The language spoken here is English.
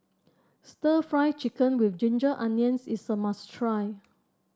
stir Fry Chicken with Ginger Onions is a must try